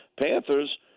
Panthers